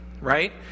right